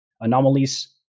anomalies